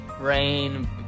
rain